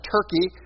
Turkey